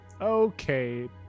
okay